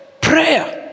Prayer